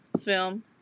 film